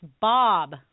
Bob